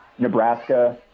Nebraska